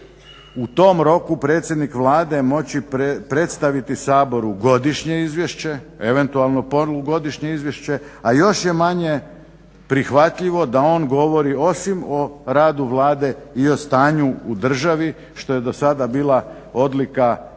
u tom roku predsjednik Vlade moći predstaviti Saboru godišnje izvješće, eventualno polugodišnje izvješće, a još je manje prihvatljivo da on govori osim o radu Vlade i o stanju u državi što je do sada bila odlika